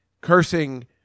cursing